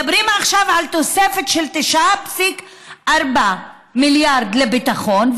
מדברים עכשיו על תוספת של 9.4 מיליארד לביטחון,